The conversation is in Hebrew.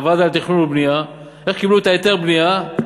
לוועדה לתכנון ובנייה, איך שקיבלו את היתר הבנייה,